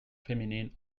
feminine